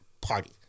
party